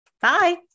Bye